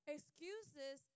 Excuses